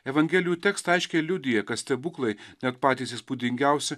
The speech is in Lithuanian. evangelijų tekstai aiškiai liudija kad stebuklai net patys įspūdingiausi